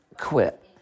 quit